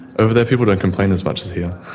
over there people don't complain as much as here